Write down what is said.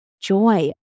joy